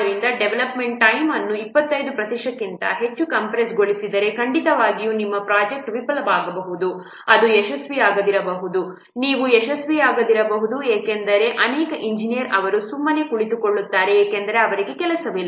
ಆದ್ದರಿಂದ development time ಅನ್ನು 25 ಪ್ರತಿಶತಕ್ಕಿಂತ ಹೆಚ್ಚು ಕಂಪ್ರೇಸ್ಗೊಳಿಸಿದರೆ ಖಂಡಿತವಾಗಿಯೂ ನಿಮ್ಮ ಪ್ರೊಜೆಕ್ಟ್ ವಿಫಲವಾಗಬಹುದು ಅದು ಯಶಸ್ವಿಯಾಗದಿರಬಹುದು ನೀವು ಯಶಸ್ವಿಯಾಗದಿರಬಹುದು ಏಕೆಂದರೆ ಅನೇಕ ಎಂಜಿನಿಯರ್ಗಳು ಅವರು ಸುಮ್ಮನೆ ಕುಳಿತುಕೊಳ್ಳುತ್ತಾರೆ ಏಕೆಂದರೆ ಅವರಿಗೆ ಕೆಲಸವಿಲ್ಲ